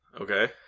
Okay